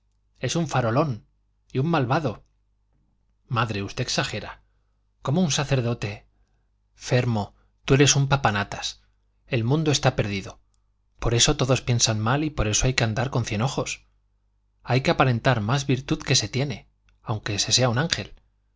es un farolón y un malvado madre usted exagera cómo un sacerdote fermo tú eres un papanatas el mundo está perdido por eso todos piensan mal y por eso hay que andar con cien ojos hay que aparentar más virtud que se tiene aunque se sea un ángel